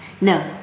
no